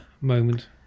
moment